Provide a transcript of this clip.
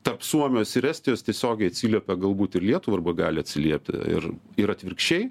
tarp suomijos ir estijos tiesiogiai atsiliepė galbūt ir lietuvai arba gali atsiliept ir ir atvirkščiai